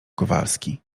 kowalski